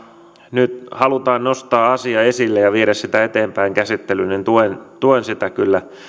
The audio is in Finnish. nyt halutaan nostaa asia esille ja viedä sitä eteenpäin käsittelyyn ja tuen sitä kyllä